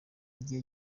igihe